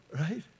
Right